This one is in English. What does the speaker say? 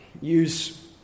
Use